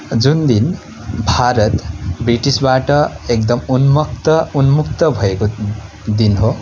जुन दिन भारत ब्रिटिसबाट एकदम उन्मुक्त उन्मुक्त भएको दिन हो